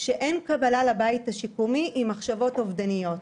שאין קבלה לבית השיקומי עם מחשבות אובדניות.